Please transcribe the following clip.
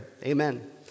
Amen